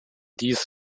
dies